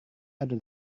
ada